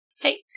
Hey